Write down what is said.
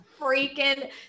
Freaking